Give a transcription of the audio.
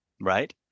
right